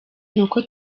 nuko